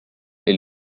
est